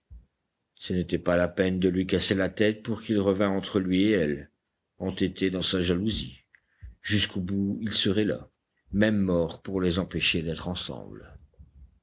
ce n'était pas la peine de lui casser la tête pour qu'il revînt entre lui et elle entêté dans sa jalousie jusqu'au bout il serait là même mort pour les empêcher d'être ensemble